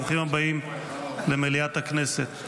ברוכים הבאים למליאת הכנסת.